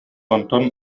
онтон